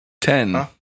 Ten